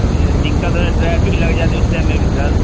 دقت ہو جاے ٹریفک لگ جاتی ہے اس ٹائم میں بھی سر